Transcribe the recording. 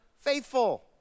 faithful